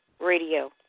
radio